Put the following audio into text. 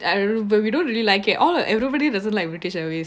I don't know but we don't really like okay all everybody doesn't like british airways